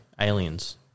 Aliens